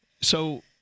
So-